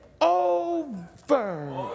over